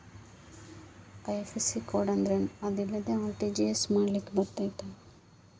IFSC code ಅಂದ್ರೇನು ಮತ್ತು ಅದಿಲ್ಲದೆ ಆರ್.ಟಿ.ಜಿ.ಎಸ್ ಮಾಡ್ಲಿಕ್ಕೆ ಬರ್ತೈತಾ?